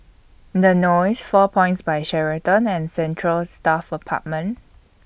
The Knolls four Points By Sheraton and Central Staff Apartment